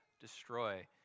Destroy